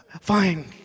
Fine